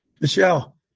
Michelle